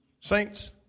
Saints